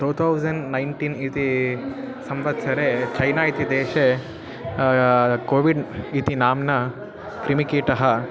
two thousand nineteen इति संवत्सरे China इति देशे कोविड् इति नाम्ना कृमिकीटः